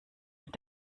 mit